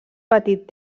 petit